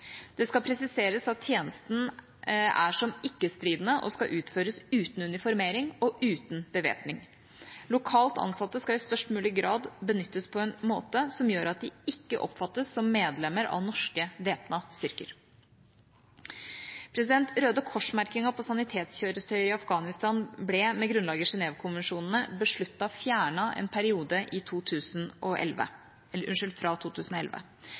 Det skal presiseres at tjenesten er som ikke-stridende, og skal utføres uten uniformering og uten bevæpning. Lokalt ansatte skal i størst mulig grad benyttes på en måte som gjør at de ikke oppfattes som medlemmer av norske væpnede styrker. Røde Kors-merkingen på sanitetskjøretøy i Afghanistan ble, med grunnlag i Genève-konvensjonene, besluttet fjernet en periode fra 2011.